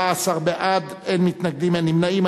14 בעד, אין מתנגדים, אין נמנעים.